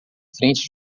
frente